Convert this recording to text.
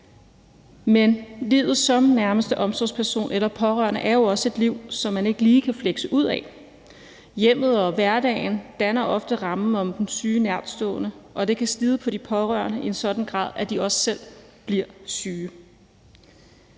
Men livet som nærmeste omsorgsperson eller pårørende er jo også et liv, som man ikke lige kan flekse ud af. Hjemmet og hverdagen danner ofte rammen om den syge nærtstående, og det kan slide på de pårørende i en sådan grad, at de også selv bliver syge.